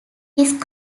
his